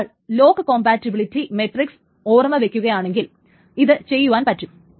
ഒരാൾ lock compatibility metrics ഓർമ്മ വക്കുകയാണെങ്കിൽ ഇത് ചെയ്യുവാൻ പറ്റും